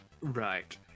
Right